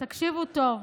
תקשיבו טוב,